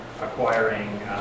acquiring